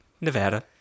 Nevada